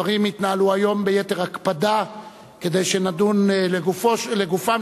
הדברים יתנהלו היום ביתר הקפדה כדי שנדון לגופם